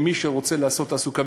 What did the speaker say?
מי שרוצה ליצור תעסוקה,